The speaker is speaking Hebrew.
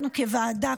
אנחנו כוועדה,